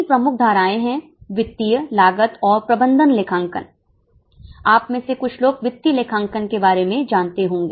तीन प्रमुख धाराएं हैं वित्तीय लागत और प्रबंधन लेखांकन आप में से कुछ लोग वित्तीय लेखांकन के बारे में जानते होंगे